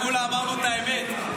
כולה אמרנו את האמת.